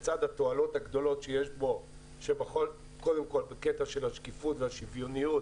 לצד התועלות הגדולות שיש בו קודם כל בקטע של השקיפות והשוויוניות